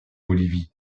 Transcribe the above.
bolivie